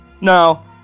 Now